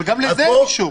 אבל גם לזה אין אישור,